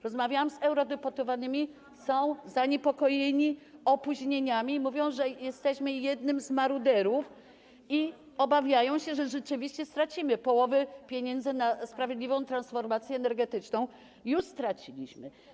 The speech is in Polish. Rozmawiałam z eurodeputowanymi, są zaniepokojeni opóźnieniami, mówią, że jesteśmy jednym z maruderów, i obawiają się, że rzeczywiście stracimy połowę pieniędzy na sprawiedliwą transformację energetyczną, już straciliśmy.